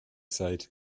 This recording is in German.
seid